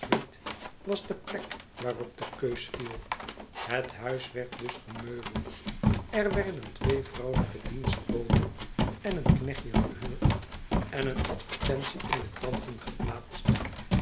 was de plek waarop de keus viel het huis werd dus gemeubeld er werden twee vrouwelijke dienstboden en een knechtje gehuurd en een advertentie in de kranten geplaatst